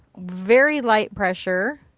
very light pressure.